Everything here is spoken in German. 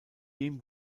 ihm